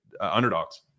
underdogs